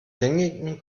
gängigen